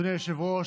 אדוני היושב-ראש,